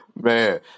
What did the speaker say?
Man